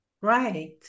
right